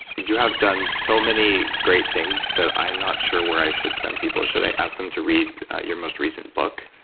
you have done so many great things that i'm not sure where i should send people, should i ask them to read your most recent book?